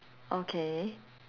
okay